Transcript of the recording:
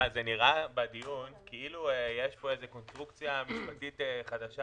נשמע בדיון כאילו יש פה איזו קונסטרוקציה משפטית חדשה.